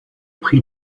prix